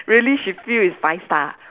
really she feel is five star